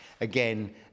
again